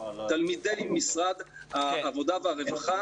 תלמידי משרד העבודה והרווחה,